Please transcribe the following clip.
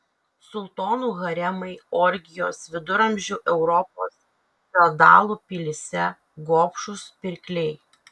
sultonų haremai orgijos viduramžių europos feodalų pilyse gobšūs pirkliai